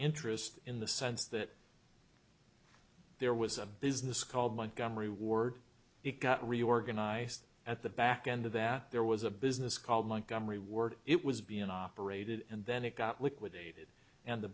interest in the sense that there was a business called by gum reward it got reorganized at the back end of that there was a business called monk gum reward it was being operated and then it got liquidated and the